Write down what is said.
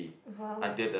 !wow!